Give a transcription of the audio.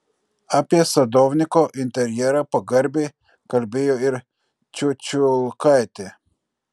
apie sadovniko interjerą pagarbiai kalbėjo ir čiučiulkaitė